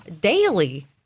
daily